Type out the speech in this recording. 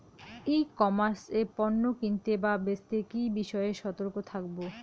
ই commerce এ পণ্য কিনতে বা বেচতে কি বিষয়ে সতর্ক থাকব?